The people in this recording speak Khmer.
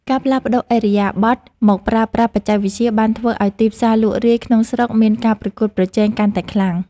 ការផ្លាស់ប្តូរឥរិយាបថមកប្រើប្រាស់បច្ចេកវិទ្យាបានធ្វើឱ្យទីផ្សារលក់រាយក្នុងស្រុកមានការប្រកួតប្រជែងកាន់តែខ្លាំង។